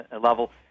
level